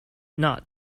not